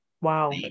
Wow